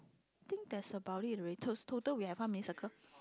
think that's about it already toast total we have how many circle